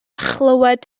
chlywed